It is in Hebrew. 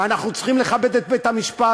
אנחנו צריכים לכבד את בית-המשפט,